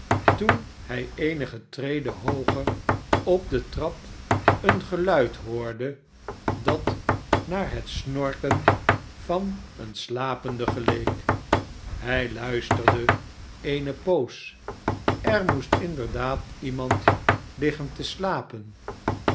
toen hij eenige treden hooger op de trap een geluid hoorde dat naar het snorken van een slapenden geleek hij luisterde eene poos er moest inderdaad iemand barnaby rudge liggen te slapen